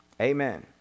Amen